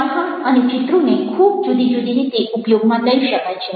લખાણ અને ચિત્રોને ખૂબ જુદી જુદી રીતે ઉપયોગમાં લઈ શકાય છે